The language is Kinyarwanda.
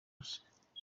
hose